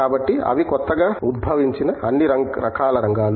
కాబట్టి అవి కొత్తగా ఉద్భవించిన అన్ని రకాల రంగాలు